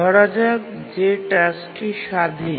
ধরা যাক যে টাস্কটি স্বাধীন